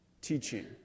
teaching